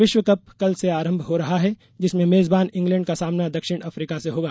विश्व कप कल से आरंभ हो रहा है जिसमें मेज़बान इंग्लैंड का सामना दक्षिण अफ्रीका से होगा